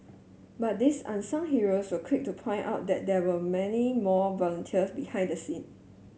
but these unsung heroes were quick to point out that there were many more volunteer behind the scene